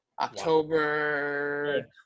October